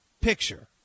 picture